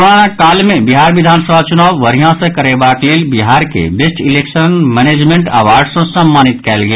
corona काल मे बिहार विधानसभा चुनाव बढ़िया सँ करयबाक लेल बिहार के बेस्ट इलेक्स मैनेजमेंट आवार्ड सँ सम्मानित कयल गेल